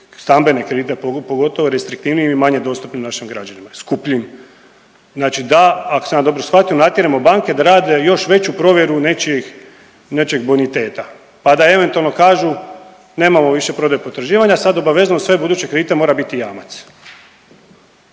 stambene kredite pogotovo restriktivnijim i manje dostupnim našim građanima, skupljim. Znači da ako sam ja dobro shvatio natjeramo banke da rade još veću provjeru nečijeg boniteta pa da eventualno kažu nemamo više prodaje potraživanja, sad obavezano u sve buduće kredite mora biti jamac.